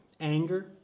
anger